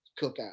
cookout